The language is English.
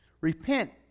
Repent